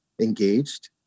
engaged